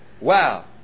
Wow